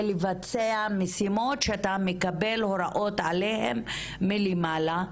לבצע משימות שאתה מקבל הוראות עליהן מלמעלה,